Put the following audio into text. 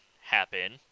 happen